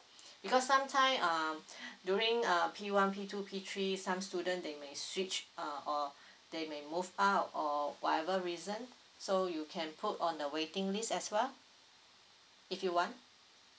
because sometime um during uh P one P two P three some student they may switch uh or they may move out or whatever reason so you can put on the waiting list as well if you want